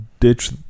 Ditch